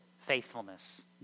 faithfulness